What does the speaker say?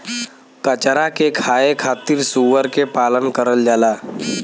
कचरा के खाए खातिर सूअर के पालन करल जाला